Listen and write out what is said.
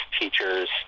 teachers